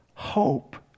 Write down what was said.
Hope